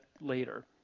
later